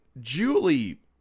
Julie